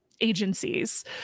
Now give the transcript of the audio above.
agencies